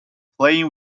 playing